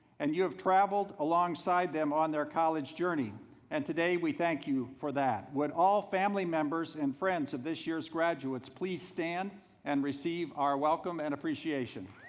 and you have traveled alongside them on their college journey and today we thank you for that. would all family members and friends of this year's graduates please stand and receive our welcome and appreciation.